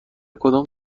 کدام